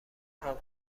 همه